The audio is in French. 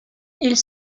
ils